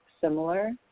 similar